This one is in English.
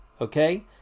Okay